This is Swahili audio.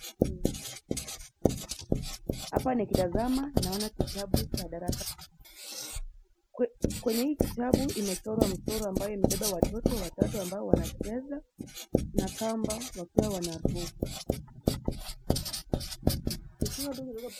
Hapa nikitazama naona kitabu cha darasa. Kwenye hii kitabu imechorwa mchoro ambayo imebeba watoto watatu ambao wanacheza na kamba wakiwa wanaruka.